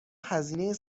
هزینه